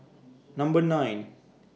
Number nine